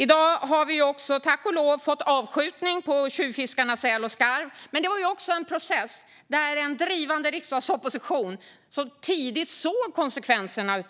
I dag har vi tack och lov fått avskjutning på tjuvfiskarna säl och skarv, men det var också en process där en drivande riksdagsopposition tidigt såg konsekvenserna